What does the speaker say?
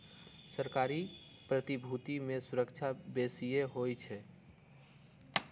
सरकारी प्रतिभूति में सूरक्षा बेशिए होइ छइ